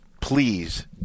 please